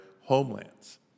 homelands